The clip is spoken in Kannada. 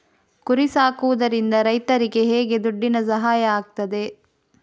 ಕುರಿ ಸಾಕುವುದರಿಂದ ರೈತರಿಗೆ ಹೇಗೆ ದುಡ್ಡಿನ ಸಹಾಯ ಆಗ್ತದೆ?